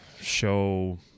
show